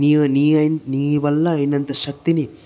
నీవు నీ నీ వల్ల అయినంత శక్తిని